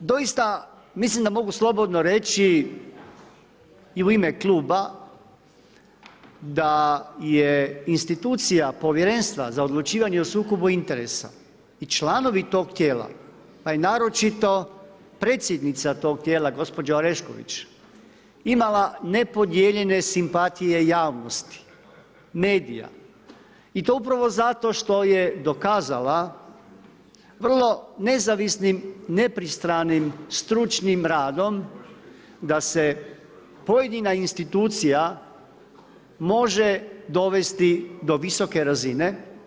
Doista mislim da mogu slobodno reći i u ime kluba, da je institucija Povjerenstva za odlučivanje o sukobu interesa i članovi tog tijela pa i naročito predsjednica tog tijela gospođa Orešković, imala nepodijeljenije simpatije javnosti, medija i to upravo zato što je dokazala vrlo nezavisnim, nepristranim stručnim radom da se pojedina institucija može dovesti do visoke razine.